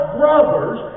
brothers